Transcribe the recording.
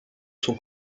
son